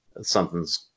something's